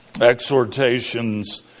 exhortations